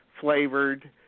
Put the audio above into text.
flavored